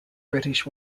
british